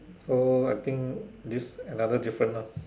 so I think this another different ah